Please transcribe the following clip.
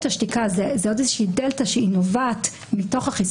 השתיקה זאת איזושהי דלתא שנובעת מתוך ה-...